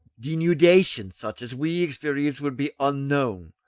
denudation such as we experience would be unknown,